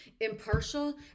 impartial